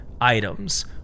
items